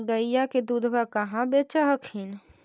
गईया के दूधबा कहा बेच हखिन?